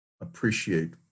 appreciate